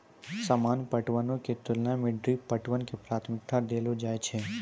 सामान्य पटवनो के तुलना मे ड्रिप पटवन के प्राथमिकता देलो जाय छै